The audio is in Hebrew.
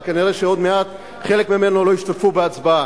אבל כנראה עוד מעט חלק ממנו לא ישתתפו בהצבעה,